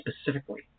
specifically